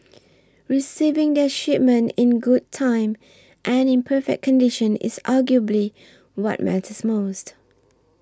receiving their shipment in good time and in perfect condition is arguably what matters most